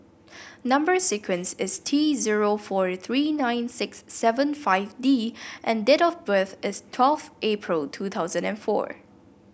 number sequence is T zero four three nine six seven five D and date of birth is twelfth April two thousand and four